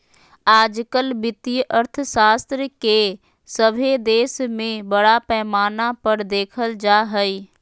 आजकल वित्तीय अर्थशास्त्र के सभे देश में बड़ा पैमाना पर देखल जा हइ